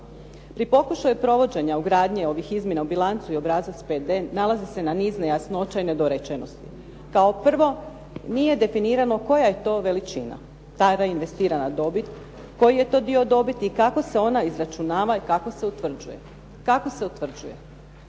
Pri pokušaju provođenja ugradnje ovih izmjena u bilancu i obrazac …/Govornik se ne razumije./… nalazi se na niz nejasnoća i nedorečenosti. Kao prvo, nije definirano koja je to veličina, ta reinvestirana dobit, koji je to dio dobiti i kako se ona izračunava, kako se utvđuje. Koji su